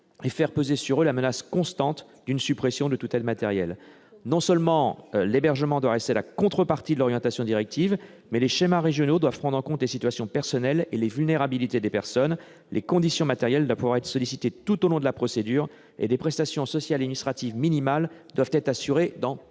et à faire peser sur eux la menace constante d'une suppression de toute aide matérielle. Non seulement l'hébergement doit rester la contrepartie de l'orientation directive, mais les schémas régionaux d'accueil doivent prendre en compte les situations personnelles et la vulnérabilité des personnes. Les conditions matérielles doivent pouvoir être sollicitées tout au long de la procédure et des prestations sociales et administratives minimales doivent être assurées dans